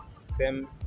STEM